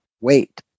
wait